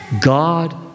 God